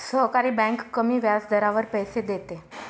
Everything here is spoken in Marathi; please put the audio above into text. सहकारी बँक कमी व्याजदरावर पैसे देते